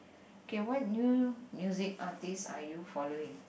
okay what new music artistes are you following